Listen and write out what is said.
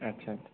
আচ্ছা আচ্ছা